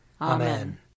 Amen